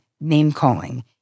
name-calling